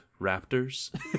raptors